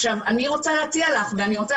עכשיו אני רוצה להציע לך ואני רוצה